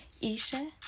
Isha